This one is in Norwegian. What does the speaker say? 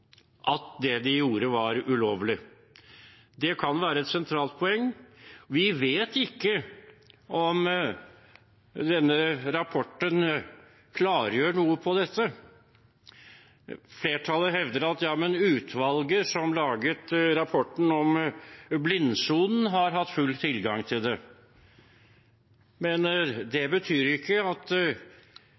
at det de gjorde, var ulovlig? Det kan være et sentralt poeng. Vi vet ikke om denne rapporten klargjør noe om dette. Flertallet hevder at utvalget som laget rapporten om blindsonen, har hatt full tilgang til det. Men det betyr ikke nødvendigvis at